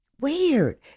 Weird